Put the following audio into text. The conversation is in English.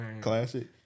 Classic